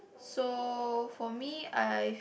so for me I